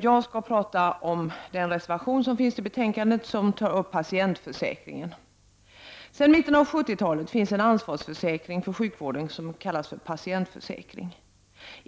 Jag skall tala om den reser 9 maj 1990 vation som finns fogad till betänkandet och som tar upp patientförsäkringen. Rat sh Sedan mitten av 70-talet finns en ansvarsförsäkring för sjukvården, kallad patientförsäkring.